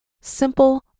simple